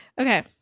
okay